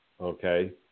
okay